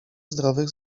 zdrowych